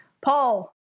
Paul